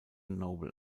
nobel